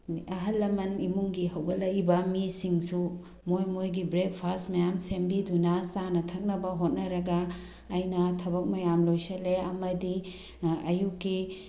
ꯑꯍꯜ ꯂꯃꯟ ꯏꯃꯨꯡꯒꯤ ꯍꯧꯒꯠꯂꯛꯏꯕ ꯃꯤꯁꯤꯡꯁꯨ ꯃꯣꯏ ꯃꯣꯏꯒꯤ ꯕ꯭ꯔꯦꯛꯐꯥꯁ ꯃꯌꯥꯝ ꯁꯦꯝꯕꯤꯗꯨꯅ ꯆꯥꯅ ꯊꯛꯅꯕ ꯍꯣꯠꯅꯔꯒ ꯑꯩꯅ ꯊꯕꯛ ꯃꯌꯥꯝ ꯂꯣꯏꯁꯤꯜꯂꯦ ꯑꯃꯗꯤ ꯑꯌꯨꯛꯀꯤ